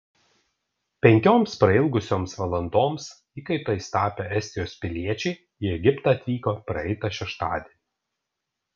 penkioms prailgusioms valandoms įkaitais tapę estijos piliečiai į egiptą atvyko praeitą šeštadienį